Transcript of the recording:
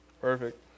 Perfect